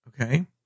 okay